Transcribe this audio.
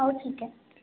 हो ठीक आहे